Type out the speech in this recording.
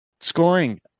Scoring